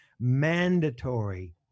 mandatory